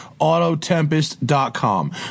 Autotempest.com